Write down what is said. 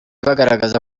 bagaragaza